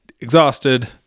exhausted